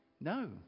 no